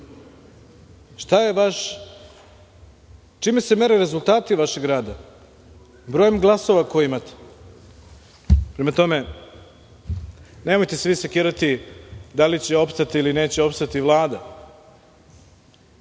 naroda? Čime se mere rezultati vašeg rada? Brojem glasova koje imate. Prema tome, nemojte se sekirati da li će opstati ili neće opstati Vlada.